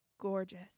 gorgeous